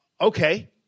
Okay